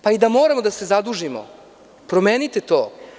Pa i da moramo da se zadužimo, promenite to.